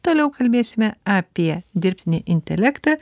toliau kalbėsime apie dirbtinį intelektą